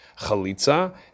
chalitza